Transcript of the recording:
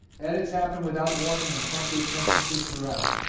edits happen without warning and truncate sentences throughout.